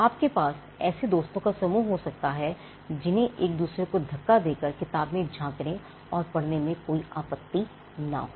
आपके पास ऐसे दोस्तों का समूह हो सकता है जिन्हें एक दूसरे को धक्का देकर किताब में झांकने और पढ़ने में कोई आपत्ति ना हो